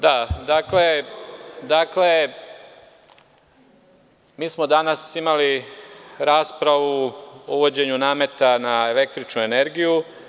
Dakle, mi smo danas imali raspravu o uvođenju nameta na električnu energiju.